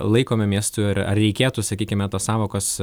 laikome miestu ir ar reikėtų sakykime tos sąvokos